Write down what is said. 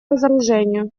разоружению